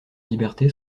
liberté